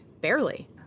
Barely